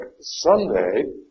Sunday